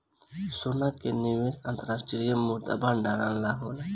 सोना के निवेश अंतर्राष्ट्रीय मुद्रा के भंडारण ला होला